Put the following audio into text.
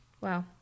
Wow